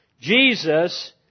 Jesus